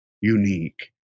unique